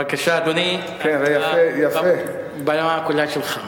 בבקשה, אדוני, הבמה כולה שלך.